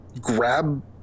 grab